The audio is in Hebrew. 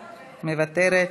מוותרת,